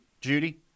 Judy